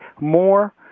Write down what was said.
more